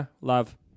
Love